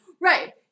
Right